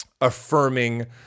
affirming